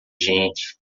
gente